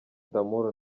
d’amour